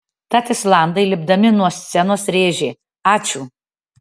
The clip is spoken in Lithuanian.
tad islandai lipdami nuo scenos rėžė ačiū